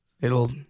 It'll-